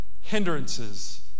hindrances